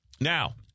Now